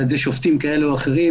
על ידי שופטים כאלה או אחרים,